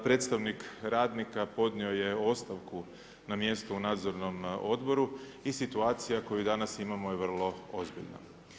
Predstavnik radnika podnio je ostavku na mjesto u Nadzornom odboru i situacija koju danas imamo je vrlo ozbiljna.